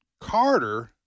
Carter